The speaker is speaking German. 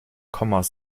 kommas